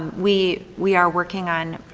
we we are working on,